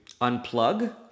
unplug